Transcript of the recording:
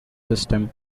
system